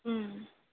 ఆ